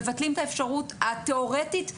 מבטלים את האפשרות התיאורטית לתשלום.